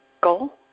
goal